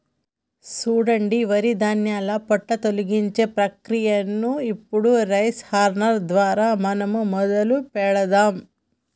సూడండి వరి ధాన్యాల పొట్టు తొలగించే ప్రక్రియను ఇప్పుడు రైస్ హస్కర్ దారా మనం మొదలు పెడదాము